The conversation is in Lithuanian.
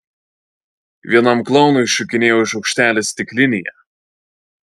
vienam klounui šokinėjo šaukštelis stiklinėje